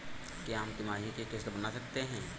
क्या हम तिमाही की किस्त बना सकते हैं?